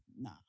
nah